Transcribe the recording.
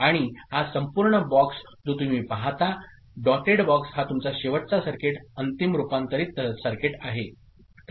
आणि हा संपूर्ण बॉक्स जो तुम्ही पाहता डॉटेड बॉक्स हा तुमचा शेवटचा सर्किट अंतिम रूपांतरित सर्किट आहे